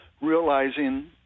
realizing